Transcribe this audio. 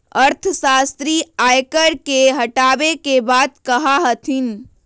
अर्थशास्त्री आय कर के हटावे के बात कहा हथिन